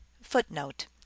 Footnote